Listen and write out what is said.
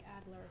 Adler